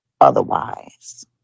otherwise